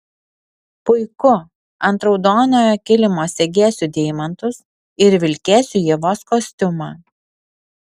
puiku ant raudonojo kilimo segėsiu deimantus ir vilkėsiu ievos kostiumą